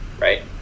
right